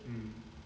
mm